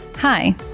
Hi